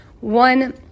one